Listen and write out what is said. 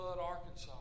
Arkansas